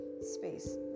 space